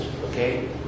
okay